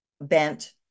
bent